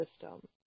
system